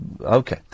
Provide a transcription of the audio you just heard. Okay